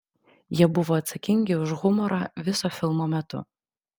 jie buvo atsakingi už humorą viso filmo metu